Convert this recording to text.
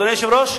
אדוני היושב-ראש?